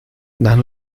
dan